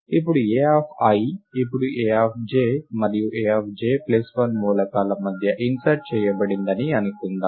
ఇప్పుడు Ai ఇప్పుడు Aj మరియు aj1 మూలకాల మధ్య ఇన్సర్ట్ చేయబడిందని అనుకుందాం